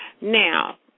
Now